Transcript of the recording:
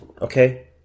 Okay